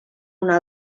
una